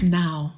now